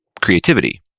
creativity